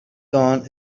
done